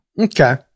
Okay